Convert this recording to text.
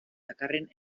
dakarren